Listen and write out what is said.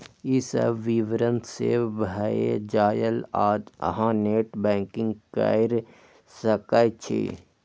ई सब विवरण सेव भए जायत आ अहां नेट बैंकिंग कैर सकै छी